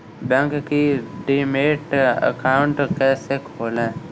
Bank में demat account कैसे खोलें?